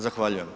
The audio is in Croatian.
Zahvaljujem.